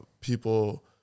people